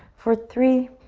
for three,